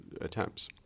attempts